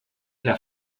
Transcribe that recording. der